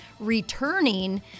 Returning